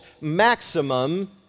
maximum